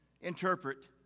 interpret